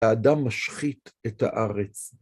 האדם משחית את הארץ.